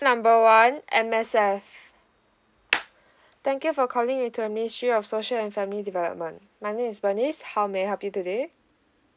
number one M_S_F thank you for calling into the ministry of social and family development my name is bernice how may I help you today